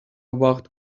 убакыт